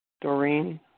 Doreen